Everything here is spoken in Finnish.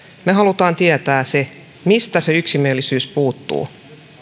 me haluamme tietää sen mistä se yksimielisyys puuttuu